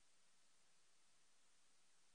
שלום לכולם,